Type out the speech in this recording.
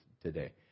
today